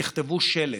תכתבו שלט,